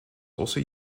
also